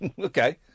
okay